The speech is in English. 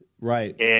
Right